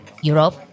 Europe